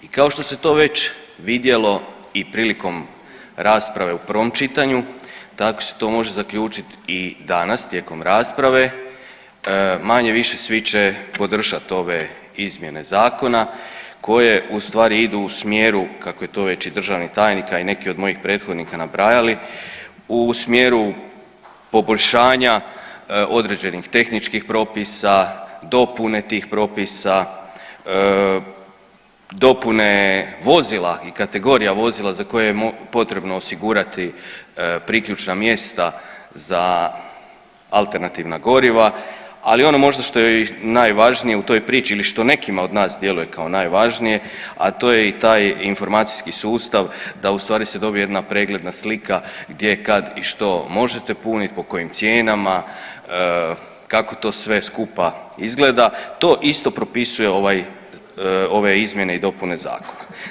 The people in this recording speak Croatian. I kao što se to već vidjelo i prilikom rasprave u prvom čitanju tako se to može zaključit i danas tijekom rasprave, manje-više svi će podržat ove izmjene zakona koje u stvari idu u smjeru kako je to većina državnih tajnika i neki od mojih prethodnika napravili u smjeru poboljšanja određenih tehničkih propisa, dopune tih propisa, dopune vozila i kategorija vozila za koje je potrebno osigurati priključna mjesta za alternativna goriva, ali ono možda što je i najvažnije u toj priči ili što nekima od nas djeluje kao najvažnije, a to je i taj informacijski sustav da u stvari se dobije jedna pregledna slika gdje, kad i što možete punit, po kojim cijenama, kako to sve skupa izgleda, to isto propisuje ovaj, ove izmjene i dopune zakona.